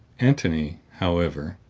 antony, however,